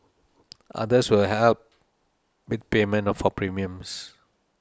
others will help with payment for premiums